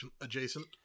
adjacent